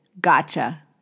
gotcha